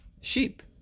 sheep